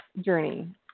journey